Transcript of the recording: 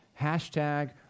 Hashtag